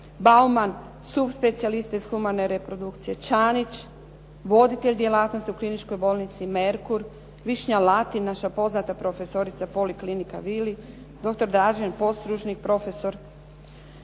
Baumann subspecijalista iz humane reprodukcije Čanić voditelj djelatnosti u Kliničkoj bolnici Merkur, Višnja Latin naša poznata profesorica Poliklinika “Vili“. Doktor Dražen Postružnik profesor